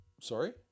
Sorry